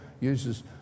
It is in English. uses